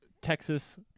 Texas